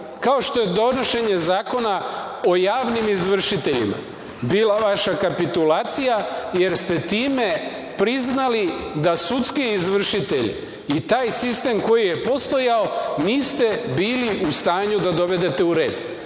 kao što je donošenje Zakona o javnim izvršiteljima bila vaša kapitulacija, jer ste time priznali da sudski izvršitelj i taj sistem koji je postojao niste bili u stanju da dovedete u red,